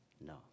No